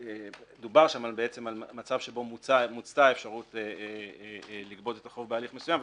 דובר שם על מצב שבו מוצתה האפשרות לגבות את החוב בהליך מסוים,